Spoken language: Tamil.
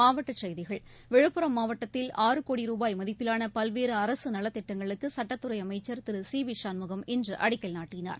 மாவட்ட செய்திகள் விழுப்புரம் மாவட்டத்தில் கோடி ரூபாய் மதிப்பிலாள பல்வேறு அரசு நலத்திட்டங்களுக்கு சட்டத்துறை அமைச்சர் திரு சி வி சண்முகம் இன்று அடிக்கல் நாட்டினார்